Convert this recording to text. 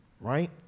right